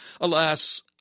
Alas